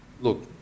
look